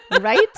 Right